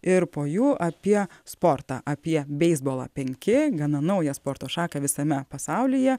ir po jų apie sportą apie beisbolą penki gana naują sporto šaką visame pasaulyje